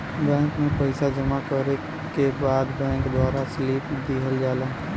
bank में पइसा जमा करे के बाद बैंक द्वारा स्लिप दिहल जाला